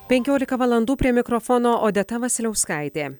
penkiolika valandų prie mikrofono odeta vasiliauskaitė